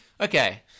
Okay